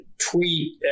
tweet